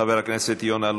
חבר הכנסת יונה,